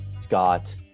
Scott